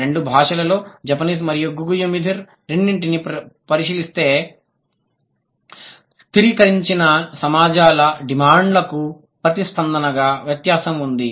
రెండు భాషలలో జపనీస్ మరియు గుగు యిమిధీర్ రెండింటినీ పరిశీలిస్తే స్థిరీకరించిన సమాజాల డిమాండ్లకు ప్రతిస్పందనగా వ్యత్యాసం ఉంది